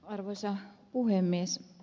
arvoisa puhemies